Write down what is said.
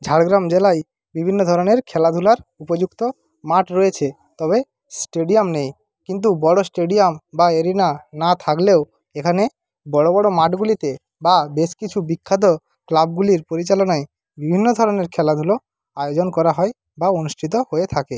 ঝাড়গ্রাম জেলায় বিভিন্ন ধরণের খেলাধুলার উপযুক্ত মাঠ রয়েছে তবে স্টেডিয়াম নেই কিন্তু বড়ো স্টেডিয়াম বা এরিনা না থাকলেও এখানে বড়ো বড়ো মাঠগুলিতে বা বেশ কিছু বিখ্যাত ক্লাবগুলির পরিচালনায় বিভিন্ন ধরণের খেলাধুলো আয়োজন করা হয় বা অনুষ্ঠিত হয়ে থাকে